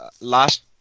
last